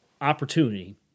opportunity